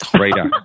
Radar